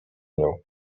nią